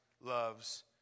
loves